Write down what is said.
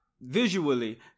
visually